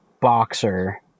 boxer